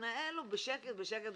מתנהל לו בשקט בשקט,